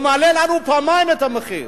הוא מעלה לנו פעמיים את המחיר,